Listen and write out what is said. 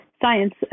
science